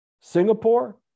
Singapore